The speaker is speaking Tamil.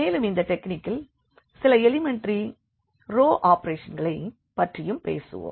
மேலும் இந்த டெக்னிக்கில் சில எலிமெண்டரி ரோ ஆபரேஷன்களை பற்றியும் பேசுவோம்